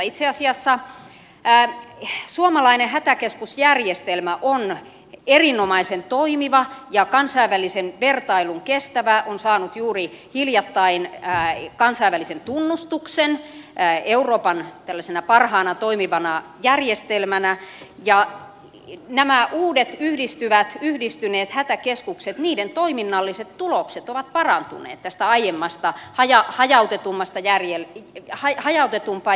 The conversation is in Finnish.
itse asiassa suomalainen hätäkeskusjärjestelmä on erinomaisen toimiva ja kansainvälisen vertailun kestävä on saanut juuri hiljattain kansainvälisen tunnustuksen euroopan parhaana toimivana järjestelmänä ja näiden uusien yhdistyvien yhdistyneiden hätäkeskusten toiminnalliset tulokset ovat parantuneet aiempaan hajautetumpaan järjestelmään verrattuna